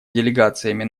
делегациями